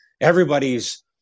Everybody's